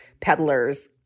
peddlers